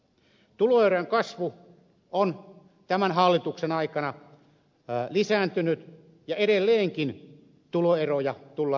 tuloerojen kasvu on tämän hallituksen aikana lisääntynyt ja edelleenkin tuloeroja tullaan lisäämään